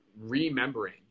remembering